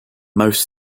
most